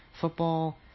football